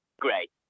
great